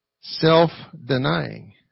Self-denying